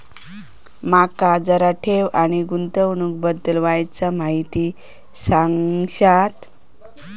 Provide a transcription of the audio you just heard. माका जरा ठेव आणि गुंतवणूकी बद्दल वायचं माहिती सांगशात?